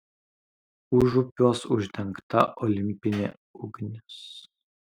užupiuos uždegta olimpinė ugnis